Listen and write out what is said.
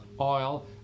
oil